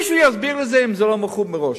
מישהו יסביר את זה, אם זה לא מכור מראש.